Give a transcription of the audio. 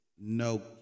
No